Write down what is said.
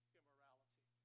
immorality